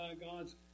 God's